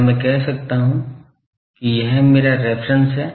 क्या मैं कह सकता हूं कि यह मेरा रेफेरेंस है